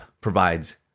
provides